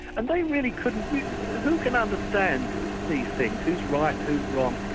and they really couldn't who can understand these things, who's right and who's wrong.